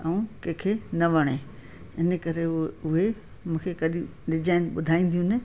ऐं कंहिंखे न वणे इन करे उहे मूंखे कड़ी डिजाइन ॿुधाईंदियूं आहिनि